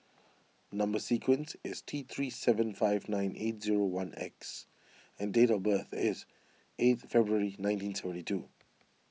Number Sequence is T three seven five nine eight zero one X and date of birth is eighth February nineteen seventy two